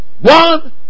One